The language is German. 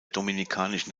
dominikanischen